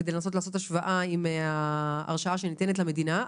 כדי לעשות השוואה עם ההרשאה שניתנת למדינה.